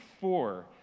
Four